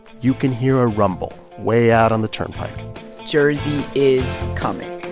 you can hear a rumble way out on the turnpike jersey is coming